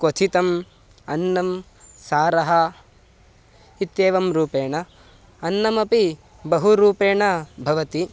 क्वथितम् अन्नं सारः इत्येवं रूपेण अन्नमपि बहु रूपेण भवति